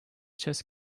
chess